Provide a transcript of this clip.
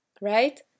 right